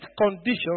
conditions